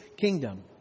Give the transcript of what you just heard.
kingdom